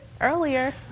earlier